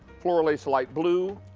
floral lace light blue,